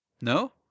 No